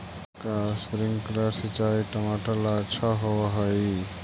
का स्प्रिंकलर सिंचाई टमाटर ला अच्छा होव हई?